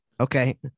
okay